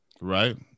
right